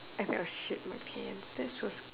I feel I'll shit my pants that's so scare